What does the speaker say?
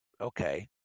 okay